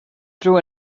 drew